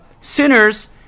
sinners